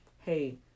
hey